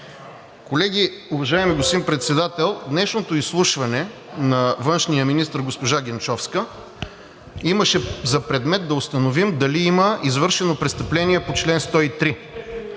Колеги, уважаеми господин Председател, днешното изслушване на външния министър – госпожа Генчовска, имаше за предмет да установи дали има извършено престъпление по чл. 103